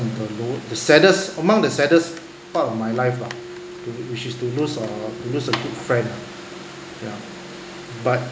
the lowe~ saddest among the saddest part of my life lah which is to lose uh to lose a good friend lah ya but